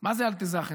מה זה אלטע זאכן?